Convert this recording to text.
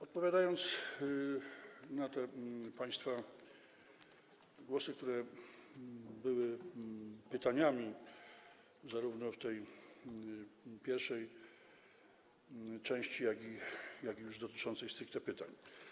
Odpowiadam na te państwa głosy, które zawierały pytania, zarówno w tej pierwszej części, jak i już dotyczącej stricte pytań.